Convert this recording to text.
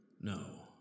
No